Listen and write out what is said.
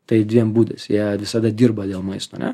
tais dviem būdais jie visada dirba dėl maisto ane